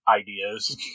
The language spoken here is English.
ideas